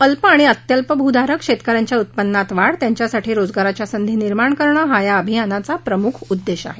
अल्प आणि अत्यल्पभूधारक शेतकऱ्यांच्या उत्पन्नात वाढ त्यांच्यासाठी रोजगाराच्या संधी निर्माण करणं हा या अभियानाचा प्रमुख उद्देश आहे